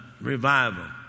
revival